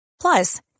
Plus